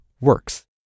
works